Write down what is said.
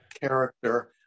character